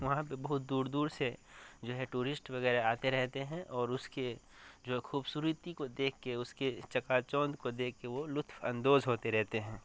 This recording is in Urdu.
وہاں پہ بہت دور دور سے جو ہے ٹوریسٹ وغیرہ آتے رہتے ہیں اور اس کے جو خوبصورتی کو دیکھ کے اس کے چکا چوندھ کو دیکھ کے وہ لطف اندوز ہوتے رہتے ہیں